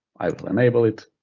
i will enable it